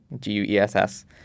G-U-E-S-S